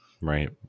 right